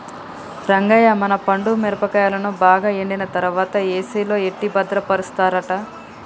రంగయ్య మన పండు మిరపకాయలను బాగా ఎండిన తర్వాత ఏసిలో ఎట్టి భద్రపరుస్తారట